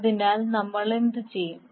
അതിനാൽ നമ്മൾ എന്തു ചെയ്യും